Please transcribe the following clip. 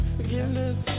forgiveness